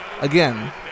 again